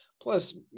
plus